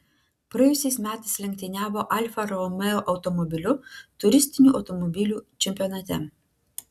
praėjusiais metais lenktyniavo alfa romeo automobiliu turistinių automobilių čempionate